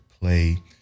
play